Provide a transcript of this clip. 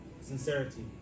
sincerity